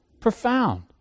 Profound